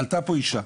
אישה,